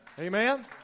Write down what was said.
Amen